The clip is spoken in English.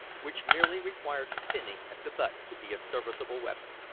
which merely required thinning at the butt to be a serviceable weapon.